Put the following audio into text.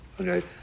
Okay